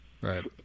Right